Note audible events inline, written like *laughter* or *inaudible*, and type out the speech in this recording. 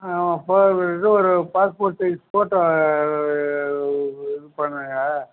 ஆ *unintelligible* இது ஒரு passport size photo இது பண்ணுங்கள்